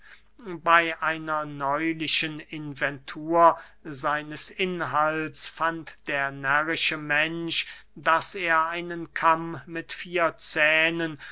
bey einer neulichen inventur seines inhalts fand der närrische mensch daß er einen kamm mit vier zähnen